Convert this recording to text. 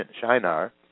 Shinar